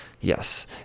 Yes